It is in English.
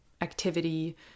activity